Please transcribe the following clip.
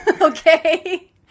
okay